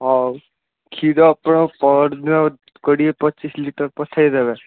ହଉ କ୍ଷୀର ଆପଣ ପରଦିନ କୋଡ଼ିଏ ପଚିଶ ଲିଟର ପଠାଇ ଦେବେ